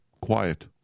quiet